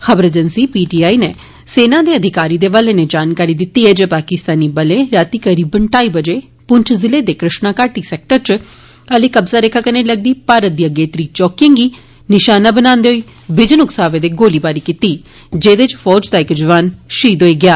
खबर agency PTI नै सेना दे अधिकारी दे हवाले नै जानकारी दिती ऐ जे पाकिस्तानी बलें राती करीबन ढ़ाई बजे पुंछ जिले दे कृश्णाघाटी सैक्टर आली कब्जा रेखा कन्नै लगदी भारत दी अगेत्री चैकिएं गी निशाना बनान्दे होई बिजन उकसावे दे गोलीबारी कीती जेदे इच फौज दा इक जौआन शहिद होई गेआ